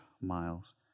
miles